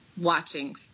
watching